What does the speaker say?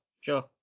sure